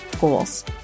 goals